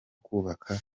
kubaka